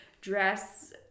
dress